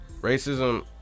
racism